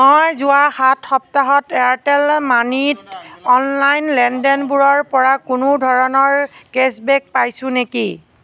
মই যোৱা সাত সপ্তাহত এয়াৰটেল মানিত অনলাইন লেনদেনবোৰৰ পৰা কোনো ধৰণৰ কেছবেক পাইছোঁ নেকি